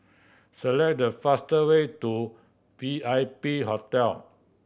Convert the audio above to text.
select the faster way to V I P Hotel